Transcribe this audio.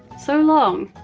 so long,